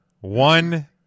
one